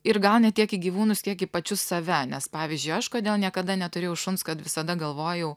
ir gal ne tiek į gyvūnus kiek į pačius save nes pavyzdžiui aš kodėl niekada neturėjau šuns kad visada galvojau